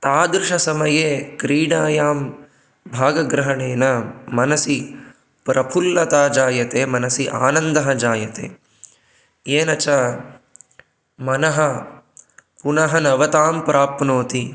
तादृशसमये क्रीडायां भागग्रहणेन मनसि प्रफुल्लता जायते मनसि आनन्दः जायते येन च मनः पुनः नवतां प्राप्नोति